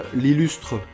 l'illustre